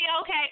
okay